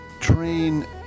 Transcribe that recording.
Train